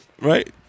right